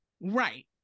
Right